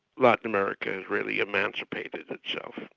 latin america has really emancipated itself.